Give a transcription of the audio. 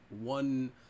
one